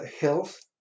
Health